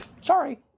Sorry